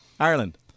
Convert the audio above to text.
Ireland